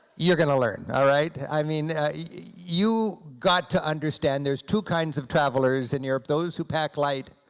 you're gonna learn, all right, i mean you got to understand, there's two kinds of travelers in europe. those who pack light,